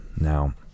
Now